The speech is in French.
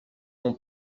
mon